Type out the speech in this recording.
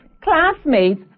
classmates